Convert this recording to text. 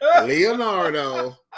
Leonardo